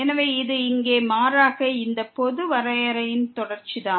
எனவே இது இங்கே மாறாக இந்த பொது வரையறையின் தொடர்ச்சி தான்